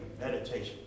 meditation